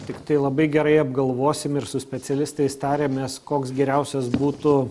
tiktai labai gerai apgalvosim ir su specialistais tariamės koks geriausias būtų